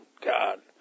God